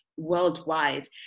worldwide